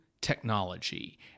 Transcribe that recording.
technology